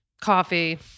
coffee—